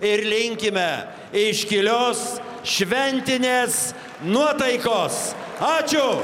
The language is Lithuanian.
ir linkime iškilios šventinės nuotaikos ačiū